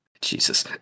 Jesus